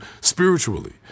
spiritually